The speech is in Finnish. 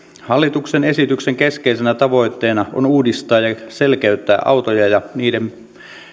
hallituksen esityksen keskeisenä tavoitteena on uudistaa ja selkeyttää autoja ja niiden